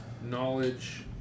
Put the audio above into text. Knowledge